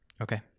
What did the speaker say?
Okay